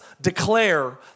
declare